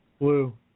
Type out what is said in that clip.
Blue